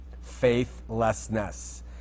Faithlessness